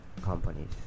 companies